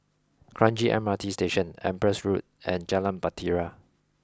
Kranji M R T Station Empress Road and Jalan Bahtera